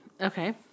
Okay